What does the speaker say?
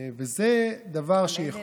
זה דבר, בלי ריביות.